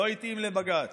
לא התאים לבג"ץ.